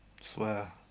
swear